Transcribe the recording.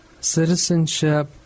Citizenship